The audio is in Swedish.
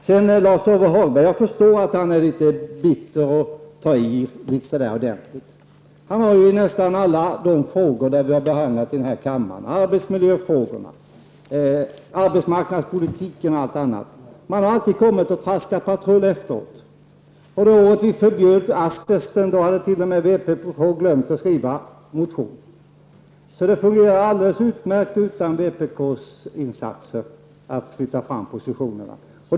Jag förstår att Lars-Ove Hagberg är litet bitter och att han tar i litet ordentligt. Han har i nästan alla de frågor vi behandlat i kammaren -- arbetsmiljöfrågorna, arbetsmarknadspolitiken och allt annat -- traskat patrull efteråt. Det året vi förbjöd asbest hade vpk t.o.m. glömt att skriva en motion. Det fungerar alldeles utmärkt att flytta fram positionerna utan vpk:s insats.